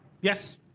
Yes